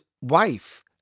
wife